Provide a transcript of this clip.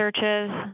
searches